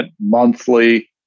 monthly